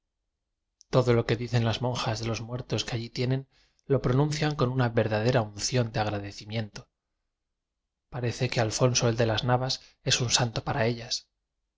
todo lo que dicen las monjas de los muer tos que allí tienen lo pronuncian con una verdadera unción de agradecimiento pare ce que alfonso el de las navas es un santo para ellas